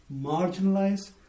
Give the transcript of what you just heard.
marginalized